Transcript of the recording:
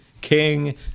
King